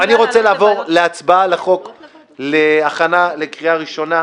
אני רוצה לעבור להצבעה על הצעת החוק בהכנה לקריאה הראשונה.